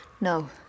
No